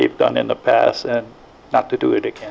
they've done in the past not to do it again